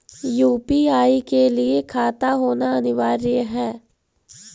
UPI के लिए खाता होना अनिवार्य है?